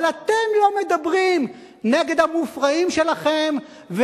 אבל אתם לא מדברים נגד המופרעים שלכם,